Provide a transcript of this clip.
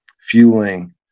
fueling